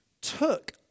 took